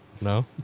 No